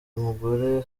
umugore